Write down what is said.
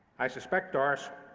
i suspect, doris,